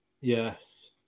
Yes